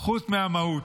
חוץ מהמהות.